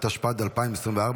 התשפ"ד 2024,